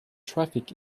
traffic